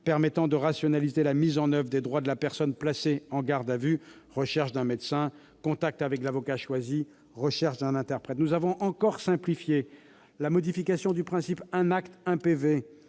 permettant de rationaliser la mise en oeuvre des droits de la personne placée en garde à vue- recherche d'un médecin, contact avec l'avocat choisi, recherche d'un interprète. Nous avons simplifié en modifiant le principe « un acte-un PV »,